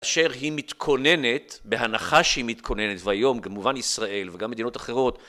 כאשר היא מתכוננת, בהנחה שהיא מתכוננת, והיום כמובן ישראל וגם מדינות אחרות